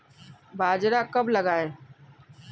बाजरा कब लगाएँ?